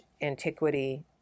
antiquity